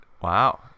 Wow